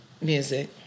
Music